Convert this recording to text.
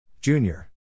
Junior